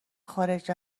خارج